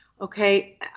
Okay